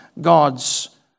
God's